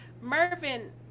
Mervin